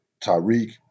Tyreek